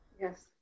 Yes